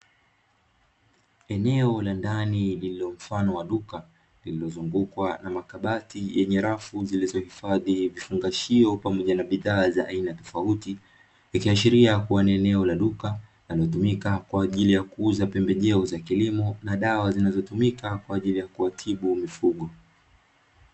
Eneo la ndani lililo mfano wa duka limezungukwa na makabati yenye rafu zilizohifadhi vifungashio pamoja na bidhaa za aina tofauti. Ikiashiria kuwa ni eneo la duka na limetumika kwa ajili ya kuuza pembejeo za kilimo na dawa zinazotumika kwa ajili ya kuwatibu mifugo.